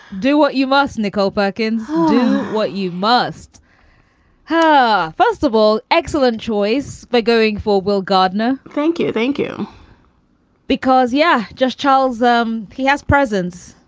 do what you must. nicole perkins do what you must her. first of all, excellent choice by going for will gardner. thank you. thank you because, yeah, just charles. um he has presence,